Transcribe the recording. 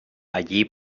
allí